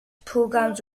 programmes